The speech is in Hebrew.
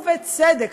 ובצדק,